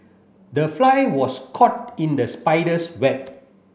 the fly was caught in the spider's web